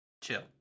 chill